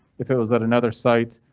if it was at another site,